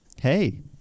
Hey